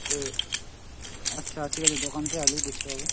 ও আচ্ছা ঠিক আছে দোকানকে আসলেই দেখতে পাব